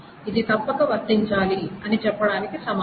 ఇది తప్పక వర్తించాలి అని చెప్పటానికి సమానం